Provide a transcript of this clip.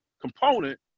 component